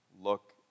look